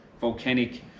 volcanic